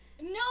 No